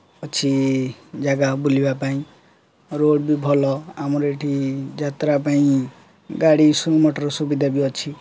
ଅଛି ଜାଗା ବୁଲିବା ପାଇଁ ରୋଡ଼୍ ବି ଭଲ ଆମର ଏଠି ଯାତ୍ରା ପାଇଁ ଗାଡ଼ି ସବୁ ମଟର ସୁବିଧା ବି ଅଛି